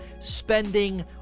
spending